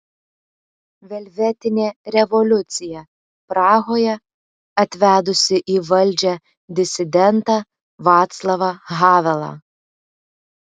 velvetinė revoliucija prahoje atvedusi į valdžią disidentą vaclavą havelą